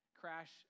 crash